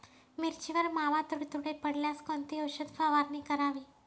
मिरचीवर मावा, तुडतुडे पडल्यास कोणती औषध फवारणी करावी?